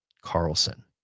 Carlson